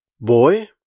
Boy